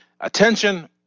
Attention